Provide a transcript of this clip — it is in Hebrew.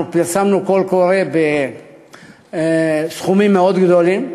אנחנו פרסמנו קול קורא בסכומים מאוד גדולים